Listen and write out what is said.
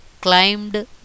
climbed